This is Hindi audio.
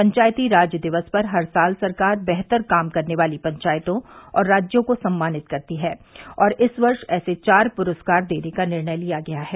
पंचायती राज दिवस पर हर साल सरकार बेहतर काम करने वाली पंचायतों और राज्यों को सम्मानित करती है और इस वर्ष ऐसे चार प्रस्कार देने का निर्णय लिया गया है